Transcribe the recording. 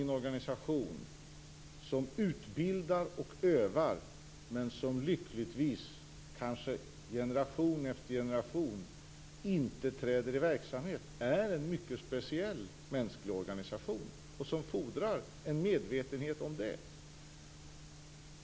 En organisation som utbildar och övar men som lyckligtvis, kanske generation efter generation, inte träder i verksamhet är något mycket speciellt - om detta fordras en medvetenhet.